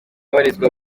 abarizwa